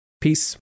Peace